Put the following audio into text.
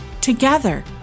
Together